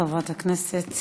חבר הכנסת